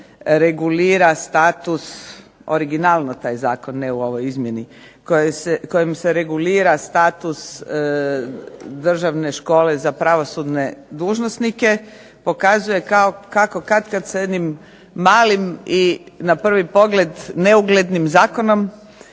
regulira status originalno taj zakon, ne u ovoj izmjeni, kojim se regulira status Državne škole za pravosudne dužnosnike pokazuje kako katkad s jednim malim i na prvi pogled neuglednim zakonom